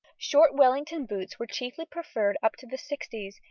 short wellington boots were chiefly preferred up to the sixties,